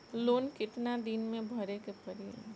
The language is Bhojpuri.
लोन कितना दिन मे भरे के पड़ी?